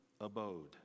abode